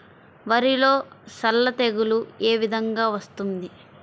వరిలో సల్ల తెగులు ఏ విధంగా వస్తుంది?